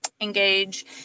engage